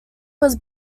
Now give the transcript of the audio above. was